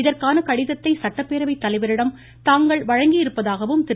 இதற்கான கடிதத்தை சட்டப்பேரவை தலைவரிடம் தாங்கள் வழங்கியிருப்பதாகவும் திரு